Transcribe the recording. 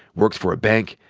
works for a bank,